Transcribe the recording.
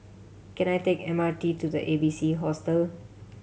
can I take M R T to the A B C Hostel